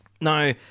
Now